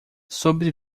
sobre